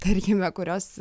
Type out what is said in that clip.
tarkime kurios